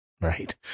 right